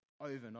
overnight